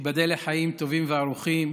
ותיבדל לחיים טובים וארוכים